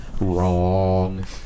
wrong